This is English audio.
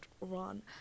run